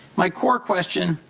my core question,